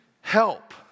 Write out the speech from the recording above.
help